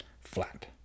flat